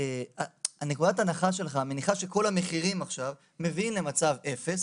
נקודת ההנחה שלך מניחה שכל המחירים מביאים למצב אפס,